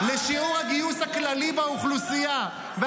לשיעור הגיוס הכללי באוכלוסייה -- אתם רוקדים על הדם.